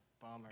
Bummer